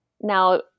Now